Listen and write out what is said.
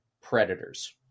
Predators